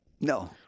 No